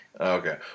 Okay